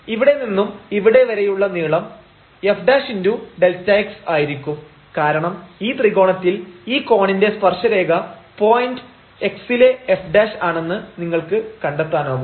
ഇവിടെ നിന്നും ഇവിടെ വരെയുള്ള നീളം f Δx ആയിരിക്കും കാരണം ഈ ത്രികോണത്തിൽ ഈ കോണിന്റെ സ്പർശരേഖ പോയിന്റ് x ലെ f ആണെന്ന് നിങ്ങൾക്ക് കണ്ടെത്താനാകും